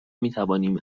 میتوانیم